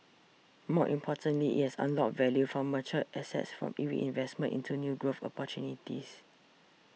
more importantly it has unlocked value from mature assets for reinvestment into new growth opportunities